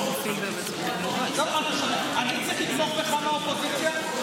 אני צריך לתמוך בך מהאופוזיציה?